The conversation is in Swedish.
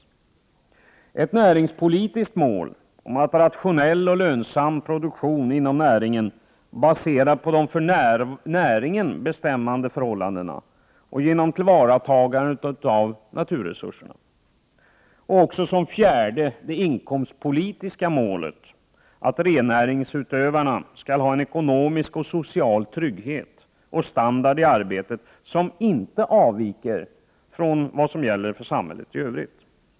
För det tredje är det fråga om ett näringspolitiskt mål om rationell och lönsam produktion inom näringen, baserad på de för näringen bestämmande förhållandena och tillvaratagande av naturresurserna. För det fjärde gäller det ett inkomstpolitiskt mål: att rennäringsutövarna i arbetet skall ha en ekonomisk och social trygghet och standard som inte avviker från vad som gäller i samhället i övrigt.